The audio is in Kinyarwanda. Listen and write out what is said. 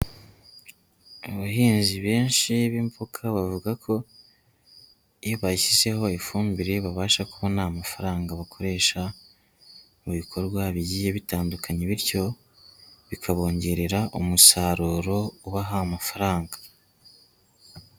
Abahinzi benshi b'imbokga bavuga ko iyo bashyizeho ifumbire babasha kubona amafaranga bakoresha mu bikorwa bigiye bitandukanye, bityo bikabongerera umusaruro ubaha amafaranga.